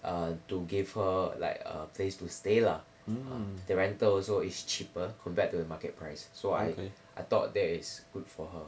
err to give her like a place to stay lah ah the rental also is cheaper compared to the market price so I I thought that is good for her